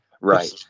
right